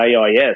AIS